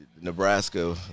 Nebraska